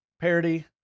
parody